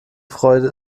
freude